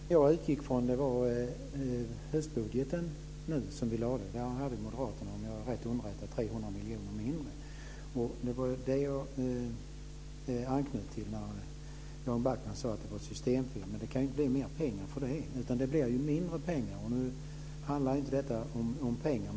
Fru talman! Det jag utgick från var höstbudgeten som nu senast lades fram. I sitt förslag föreslog moderaterna, om jag är rätt underrättad, 300 miljoner mindre. Det var vad jag anknöt till när Jan Backman sade att det var ett systemfel. Det kan inte bli mer pengar för det. Det blir ju mindre pengar. Nu handlar inte detta om pengar.